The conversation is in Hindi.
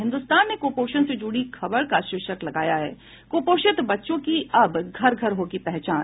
हिन्दुस्तान ने कुपोषण से जुड़ी खबर का शीर्षक लगाया है कुपोषित बच्चों की अब घर घर होगी पहचान